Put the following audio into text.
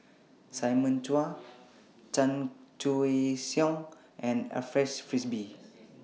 Simon Chua Chan Choy Siong and Alfred Frisby